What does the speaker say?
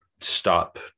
stop